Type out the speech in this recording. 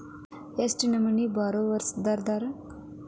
ಎಷ್ಟ್ ನಮನಿ ಬಾರೊವರ್ಸಿದಾರ?